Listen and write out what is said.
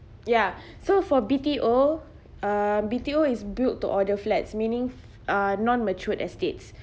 ya so for B_T_O uh B_T_O is build to order flats meaning uh non matured estates